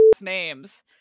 names